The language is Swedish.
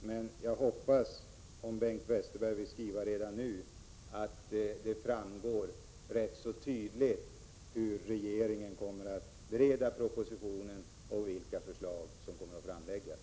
Om Bengt Westerberg vill skriva redan nu, hoppas jag att det tydligt framgår hur regeringen kommer att bereda propositionen och vilka förslag som kommer att framläggas.